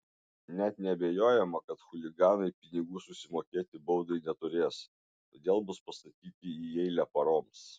net neabejojama kad chuliganai pinigų susimokėti baudai neturės todėl bus pastatyti į eilę paroms